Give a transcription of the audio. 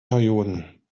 perioden